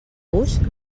gust